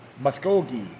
Muscogee